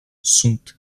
sunt